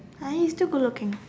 uh he still good looking